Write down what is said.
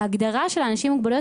בהגדרה של האנשים עם מוגבלויות,